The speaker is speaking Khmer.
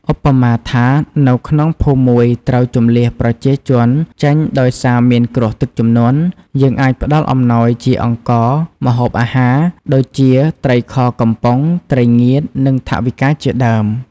ឧបមាថា នៅក្នុងភូមិមួយត្រូវជម្លៀសប្រជាជនចេញដោយសារមានគ្រោះទឹកជំនន់ យើងអាចផ្តល់អំណោយជា អង្ករ ម្ហូបអាហារ ដូចជា ត្រីខកំប៉ុង ត្រីងៀត និង ថវិកាជាដើម។